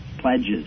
pledges